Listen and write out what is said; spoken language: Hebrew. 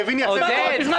אני מבין יפה מאוד.